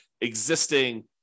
existing